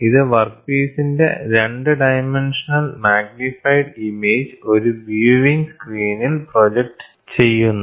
ഇത് വർക്ക്പീസിന്റെ 2 dimensional magnified image ഒരു വ്യൂവിംഗ് സ്ക്രീനിൽ പ്രൊജക്റ്റ് ചെയ്യുന്നു